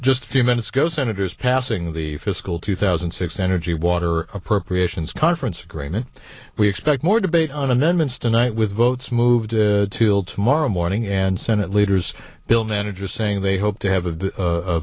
just a few minutes ago senators passing the fiscal two thousand and six energy water appropriations conference agreement we expect more debate on amendments tonight with votes moved to build tomorrow morning and senate leaders bill manager saying they hope to have a